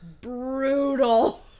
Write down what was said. brutal